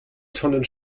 tonnen